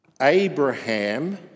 Abraham